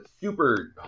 super